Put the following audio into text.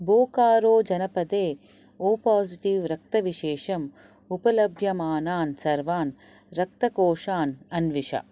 बोकारोजनपदे O positive रक्तविशेषम् उपलभ्यमानान् सर्वान् रक्तकोषान् अन्विष